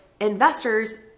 investors